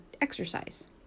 exercise